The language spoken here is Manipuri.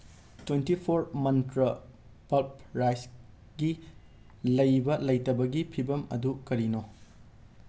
ꯇ꯭ꯋꯦꯟꯇꯤ ꯐꯣꯔ ꯃꯟꯇ꯭ꯔ ꯄꯜꯞ ꯔꯥꯏꯁꯀꯤ ꯂꯩꯕ ꯂꯩꯇꯕꯒꯤ ꯐꯤꯚꯝ ꯑꯗꯨ ꯀꯔꯤꯅꯣ